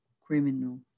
criminal